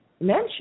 mention